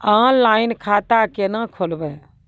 Online खाता केना खोलभैबै?